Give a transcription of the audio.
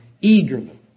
eagerly